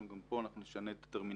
גם פה נשנה את הטרמינולוגיה.